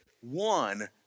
one